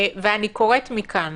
ואני קוראת מכאן